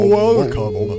welcome